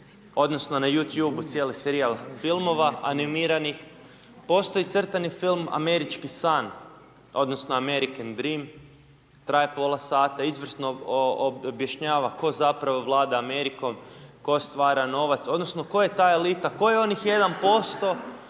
odnosno na youtube cijeli serijal filmova animiranih. Postoji crtani film Američki san odnosno American Dream, traje pola sata, izvrsno objašnjava tko zapravo vlada Amerikom, tko stvara novac, odnosno tko je ta elita, tko je onih 1%